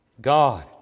God